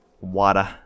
Water